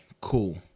cool